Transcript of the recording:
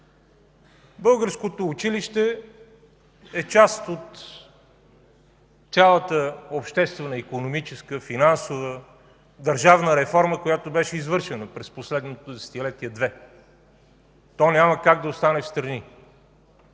Българското училище е част от цялата обществено-икономическа, финансова, държавна реформа, която беше извършена през последното десетилетие. То няма как да остане встрани.